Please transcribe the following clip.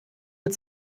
mit